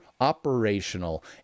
operational